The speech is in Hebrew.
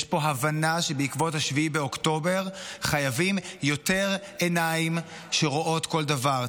יש פה הבנה שבעקבות 7 באוקטובר חייבים יותר עיניים שרואות כל דבר.